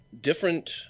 Different